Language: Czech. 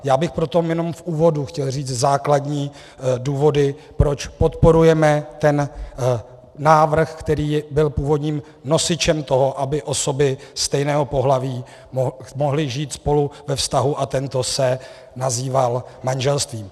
Já bych proto jen v úvodu chtěl říci základní důvody, proč podporujeme návrh, který byl původním nosičem toho, aby osoby stejného pohlaví mohly žít spolu ve vztahu a tento se nazýval manželství.